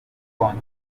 konti